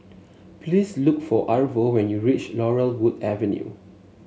please look for Arvo when you reach Laurel Wood Avenue